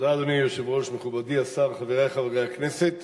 אדוני היושב-ראש, מכובדי השר, חברי חברי הכנסת,